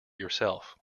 yourself